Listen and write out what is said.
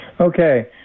Okay